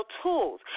tools